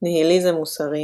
ניהיליזם מוסרי